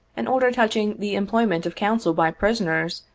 an order touching the employment of counsel by prisoners,